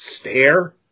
stare